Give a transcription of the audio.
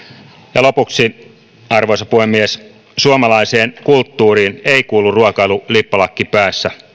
lopuksi arvoisa puhemies suomalaiseen kulttuuriin ei kuulu ruokailu lippalakki päässä